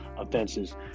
offenses